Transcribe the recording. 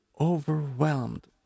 overwhelmed